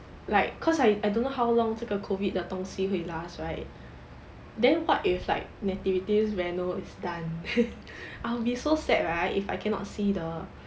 like cause I I don't know how long 这个 COVID 的东西会 last right then what if like nativity's reno is done I'll be so sad right if I cannot see the